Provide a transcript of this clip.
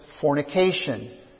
fornication